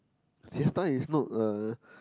siesta is not a